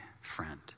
friend